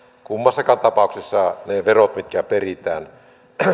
kummassakaan tapauksessa ne verot mitkä peritään